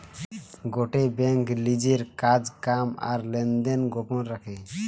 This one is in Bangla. গটে বেঙ্ক লিজের কাজ কাম আর লেনদেন গোপন রাখে